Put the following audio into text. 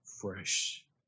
fresh